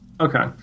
Okay